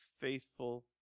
faithful